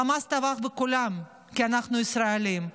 החמאס טבח בכולם כי אנחנו ישראלים,